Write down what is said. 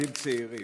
צעירים,